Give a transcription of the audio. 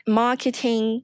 marketing